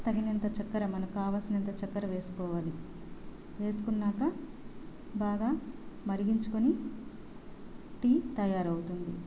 తగినంత చక్కర మనకు కావాల్సిన చక్కెర వేసుకోవాలి వేసుకున్నాక బాగా మరిగించుకొని టీ తయారవుతుంది